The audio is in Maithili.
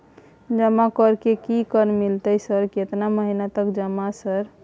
जमा कर के की कर मिलते है सर केतना महीना तक जमा सर?